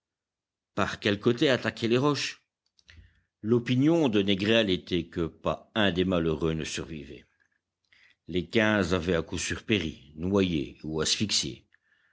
par quel côté attaquer les roches l'opinion de négrel était que pas un des malheureux ne survivait les quinze avaient à coup sûr péri noyés ou